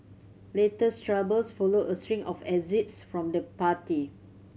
latest troubles follow a string of exits from the party